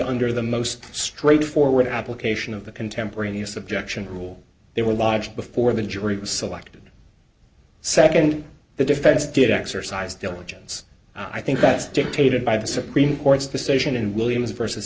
under the most straightforward application of the contemporaneous objection rule they were lodged before the jury was selected nd the defense did exercise diligence i think that's dictated by the supreme court's decision in williams versus